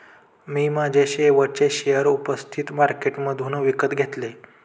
मी माझे शेवटचे शेअर उपस्थित मार्केटमधून विकत घेतले